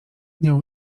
nią